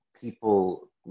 people